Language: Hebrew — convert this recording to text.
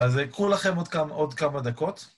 אז קחו לכם עוד כמה דקות.